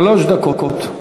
שלוש דקות.